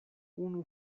unu